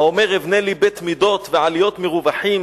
האמר אבנה לי בית מדות ועליות מרוחים